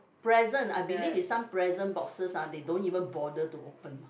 present I believe is some present boxes ah they don't even bother to open ah